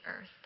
earth